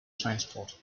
transport